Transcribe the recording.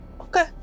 Okay